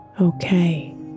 okay